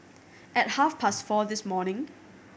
at half past four this morning